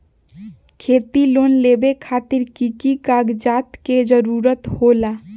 खेती लोन लेबे खातिर की की कागजात के जरूरत होला?